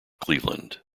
cleveland